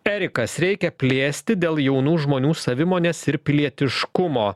erikas reikia plėsti dėl jaunų žmonių savimonės ir pilietiškumo